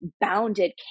bounded